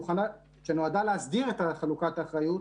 שנועדה להסדיר את חלוקת האחריות,